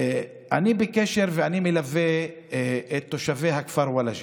אני בקשר ואני מלווה את תושבי הכפר ולאג'ה.